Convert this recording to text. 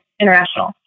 International